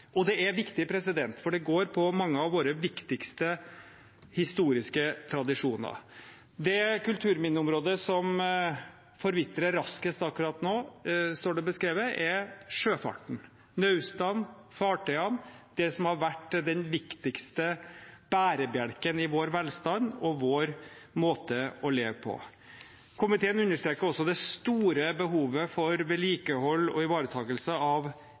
Det er viktig, for det handler om mange av våre viktigste historiske tradisjoner. Det kulturminneområdet som forvitrer raskest akkurat nå, står det beskrevet, er sjøfarten – naustene, fartøyene, det som har vært den viktigste bærebjelken i vår velstand og vår måte å leve på. Komiteen understreker også det store behovet for vedlikehold og ivaretakelse av